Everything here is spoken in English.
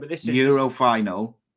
Euro-final